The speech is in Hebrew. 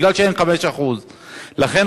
כי אין 5%. לכן,